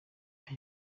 muri